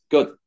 Good